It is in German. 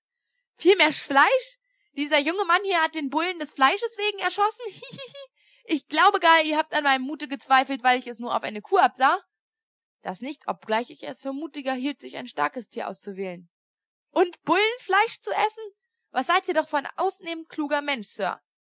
mehr fleisch dieser junge mann hier hat den bullen des fleisches wegen geschossen hihihihi ich glaube gar ihr habt an meinem mute gezweifelt weil ich es nur auf eine kuh absah das nicht obgleich ich es für mutiger hielt sich ein starkes tier auszuwählen und bullenfleisch zu essen was seid ihr doch für ein ausnehmend kluger mensch sir